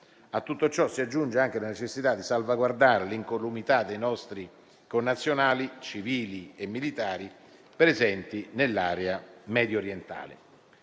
A tutto ciò si aggiunge anche la necessità di salvaguardare l'incolumità dei nostri connazionali, civili e militari, presenti nell'area mediorientale.